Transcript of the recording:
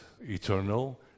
eternal